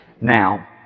Now